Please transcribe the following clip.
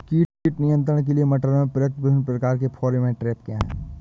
कीट नियंत्रण के लिए मटर में प्रयुक्त विभिन्न प्रकार के फेरोमोन ट्रैप क्या है?